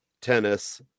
tennis